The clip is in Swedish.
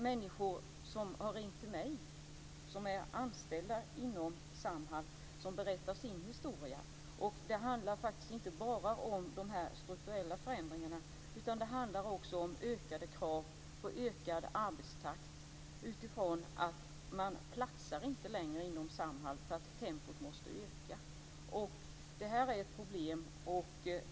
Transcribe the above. Människor som är anställda inom Samhall har ringt till mig och berättat sin historia. Det handlar inte bara om de strukturella förändringarna. Det handlar också om krav på ökad arbetstakt. Man platsar inte längre inom Samhall när tempot måste öka. Det är ett problem.